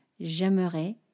J'aimerais